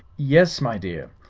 yes, my dear.